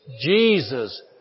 Jesus